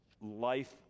life